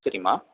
சரிம்மா